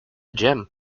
gym